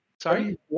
Sorry